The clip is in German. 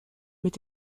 mit